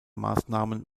maßnahmen